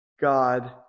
God